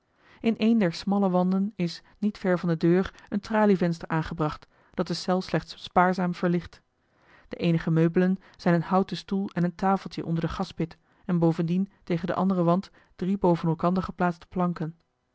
een der smalle wanden is niet ver van de deur een tralievenster aangebracht dat de cel slechts spaarzaam verlicht de eenige meubelen zijn een houten stoel en een tafeltje onder de gaspit en bovendien tegen den anderen wand drie boven elkander geplaatste planken